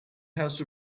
house